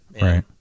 Right